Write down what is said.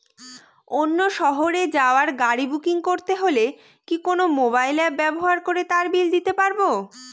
অন্য শহরে যাওয়ার গাড়ী বুকিং করতে হলে কি কোনো মোবাইল অ্যাপ ব্যবহার করে তার বিল দিতে পারব?